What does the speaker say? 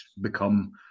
become